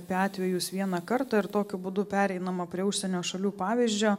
apie atvejus vieną kartą ir tokiu būdu pereinama prie užsienio šalių pavyzdžio